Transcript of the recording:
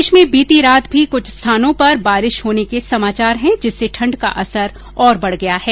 प्रदेश में बीती रात भी कुछ स्थानों पर बारिश होने के समाचार हैं जिससे ठंड का असर और बढ गया है